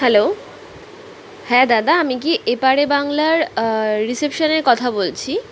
hello হ্যাঁ দাদা আমি কি এপারে বাংলার রিসেপশনে কথা বলছি